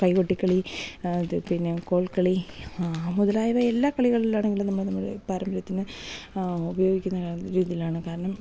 കൈകൊട്ടിക്കളി അത് പിന്നെ കോൽക്കളി മുതലായവ എല്ലാ കളികളിലാണെങ്കിലും നമ്മൾ നമ്മുടെ പാരമ്പര്യത്തിന് ഉപയോഗിക്കുന്ന രീതിയിലാണ് കാരണം